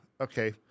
okay